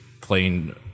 playing